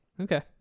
Okay